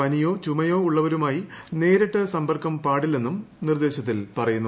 പനിയോ ചുമയോ ഉള്ളവരുമായി നേരിട്ട് സമ്പർക്കം പാടില്ലെന്നും നിർദ്ദേശത്തിൽ പറയുന്നു